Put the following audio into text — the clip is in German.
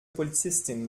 polizistin